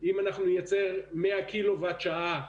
נניח 100 קילו-וואט לשעה